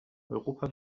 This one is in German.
europa